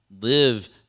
live